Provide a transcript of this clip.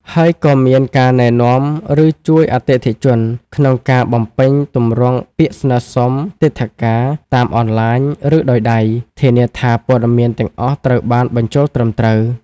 ហើយក៏មានការណែនាំ ឬជួយអតិថិជនក្នុងការបំពេញទម្រង់ពាក្យស្នើសុំទិដ្ឋាការតាមអនឡាញ ឬដោយដៃ ធានាថាព័ត៌មានទាំងអស់ត្រូវបានបញ្ចូលត្រឹមត្រូវ។